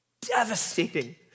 devastating